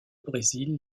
brésil